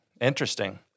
Interesting